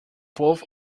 both